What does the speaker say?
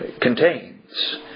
contains